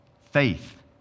faith